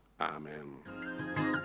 amen